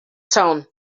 town